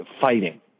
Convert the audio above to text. fighting